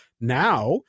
now